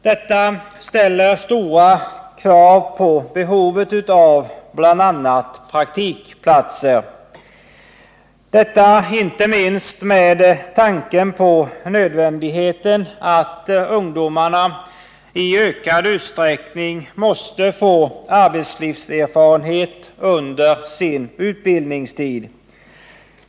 Detta ställer stora krav på tillgången till praktikplatser, detta inte minst med tanke på nödvändigheten att ungdomarna i ökad utsträckning får arbetslivserfarenhet under sin utbildningstid.